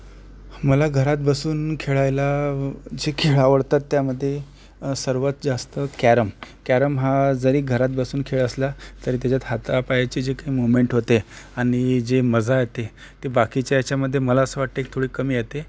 मला घरात बसून खेळायला जे खेळ आवडतात त्यामध्ये सर्वात जास्त कॅरम कॅरम हा जरी घरात बसून खेळ असला तरी त्याच्यात हातापायाचे जे काय मुवमेंट होते आणि जे मजा येते ते बाकीच्या याच्यामध्ये मला असं वाटतं थोडी कमी येते